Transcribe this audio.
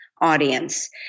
audience